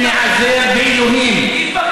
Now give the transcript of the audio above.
שניעזר, די, אי-אפשר, באלוהים.